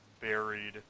Buried